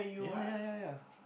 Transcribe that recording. ya ya ya ya